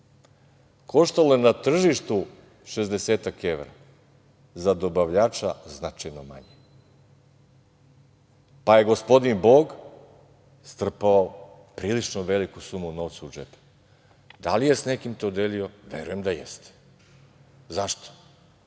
koštalo je na tržištu 60-tak evra, za dobavljača značajno manje. Pa je gospodin Bog strpao prilično veliku sumu novca u džep. Da li je sa nekim to delio, verujem da jeste.Zašto?